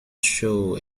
sure